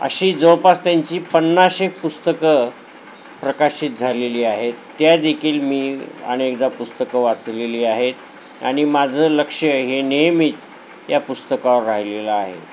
अशी जवळपास त्यांची पन्नाशेक पुस्तकं प्रकाशित झालेली आहेत त्यादेखील मी अनेकदा पुस्तकं वाचलेली आहेत आणि माझं लक्ष हे नियमीत या पुस्तकावर राहिलेलं आहे